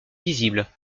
visibles